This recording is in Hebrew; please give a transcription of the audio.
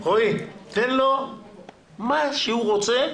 תן לו מה שהוא רוצה.